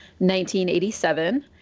1987